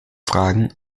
fragen